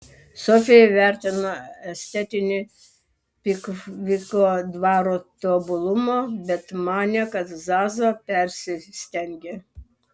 sofija vertino estetinį pikviko dvaro tobulumą bet manė kad zaza persistengia